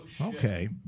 Okay